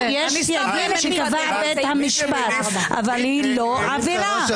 יש סייגים שקבע בית המשפט, אבל היא לא עבירה.